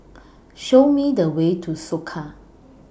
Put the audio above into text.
Show Me The Way to Soka